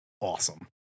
awesome